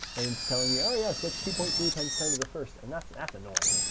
and it's telling me, oh yes, that's two point three times ten to the first, and that's that's annoying,